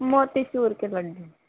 موتی چور کے لڈو